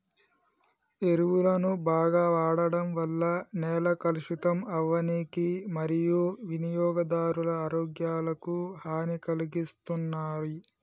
ఎరువులను బాగ వాడడం వల్ల నేల కలుషితం అవ్వనీకి మరియూ వినియోగదారుల ఆరోగ్యాలకు హనీ కలిగిస్తున్నాయి